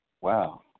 Wow